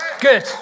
good